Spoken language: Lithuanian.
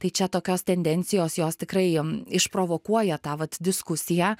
tai čia tokios tendencijos jos tikrai išprovokuoja tą vat diskusiją